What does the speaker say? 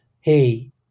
hey